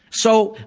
so,